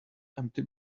empty